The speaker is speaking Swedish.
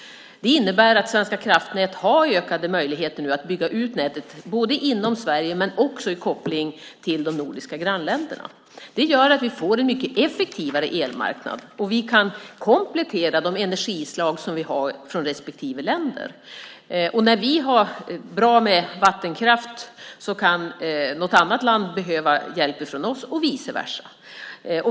Det innebär att Svenska kraftnät nu har ökade möjligheter att bygga ut nätet inom Sverige men också i koppling till de nordiska grannländerna. Det gör att vi får en mycket effektivare elmarknad och att vi kan komplettera med våra energislag från respektive länder. När vi har bra med vattenkraft kan något annat land behöva hjälp från oss och vice versa.